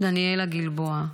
דניאלה גלבוע,